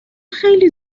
خیلی